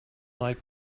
like